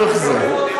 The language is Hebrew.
אנחנו אוהבים אותך.